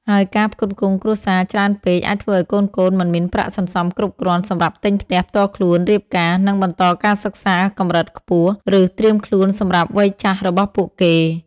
ហើយការផ្គត់ផ្គង់គ្រួសារច្រើនពេកអាចធ្វើឱ្យកូនៗមិនមានប្រាក់សន្សំគ្រប់គ្រាន់សម្រាប់ទិញផ្ទះផ្ទាល់ខ្លួន រៀបការ និងបន្តការសិក្សាកម្រិតខ្ពស់ ឬត្រៀមខ្លួនសម្រាប់វ័យចាស់របស់ពួកគេ។